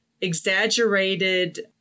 exaggerated